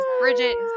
Bridget